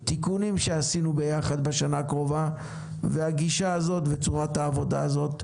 תיקונים שעשינו ביחד בשנה האחרונה והגישה הזאת וצורת העבודה הזאת,